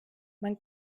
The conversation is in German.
man